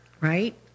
Right